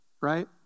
right